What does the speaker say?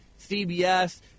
cbs